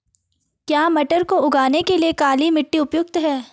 क्या मटर को उगाने के लिए काली मिट्टी उपयुक्त है?